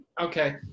Okay